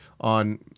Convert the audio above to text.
on